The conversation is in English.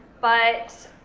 but,